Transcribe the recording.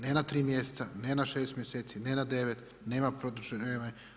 Ne na 3 mjeseca, ne na 6 mjeseci, ne na 9, nema produženo vrijeme.